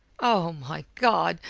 oh, my god!